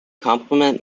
complement